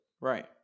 right